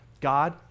god